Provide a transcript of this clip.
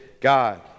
god